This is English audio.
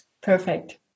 Perfect